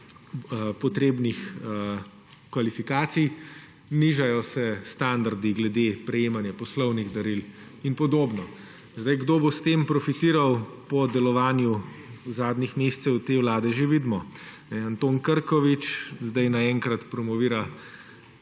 potrebnih kvalifikacij, nižajo se standardi glede prejemanja poslovnih daril in podobno. Zdaj, kdo bo s tem profitiral po delovanju zadnjih mesecev te Vlade že vidimo. Anton Krkovič zdaj naenkrat promovira